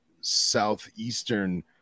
southeastern